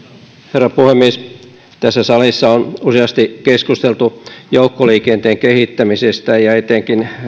herra puhemies tässä salissa on useasti keskusteltu joukkoliikenteen kehittämisestä ja etenkin